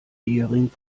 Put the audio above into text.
ehering